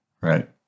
right